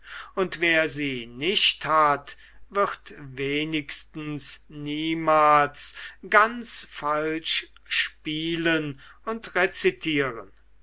und wer sie nicht hat wird wenigstens niemals ganz falsch spielen und rezitieren